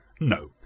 No